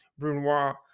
brunoise